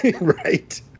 right